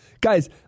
Guys